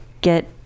get